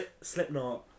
Slipknot